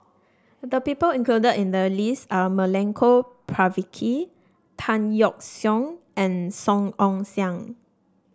the people included in the list are Milenko Prvacki Tan Yeok Seong and Song Ong Siang